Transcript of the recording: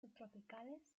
subtropicales